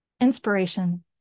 inspiration